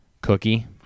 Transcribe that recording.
cookie